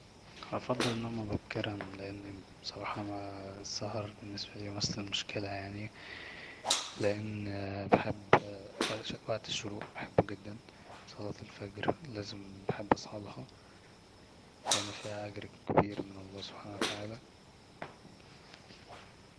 افضل النوم مبكرا لاني بصراحة السهر بالنسبالي يمثل مشكلة يعني لامي بحب وقت الشروق يعني بحبه جدا صلاة الفجر لا بحب اصليها لان فيها اجر كبير من الله سبحانه وتعالى